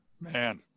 Man